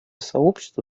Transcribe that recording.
сообщество